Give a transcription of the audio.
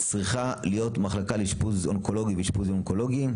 צריכה להיות מחלקה לאשפוז אונקולוגי ואשפוז יום אונקולוגיים?